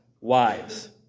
Wives